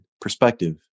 perspective